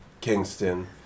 Kingston